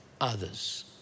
others